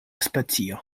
specio